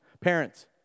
Parents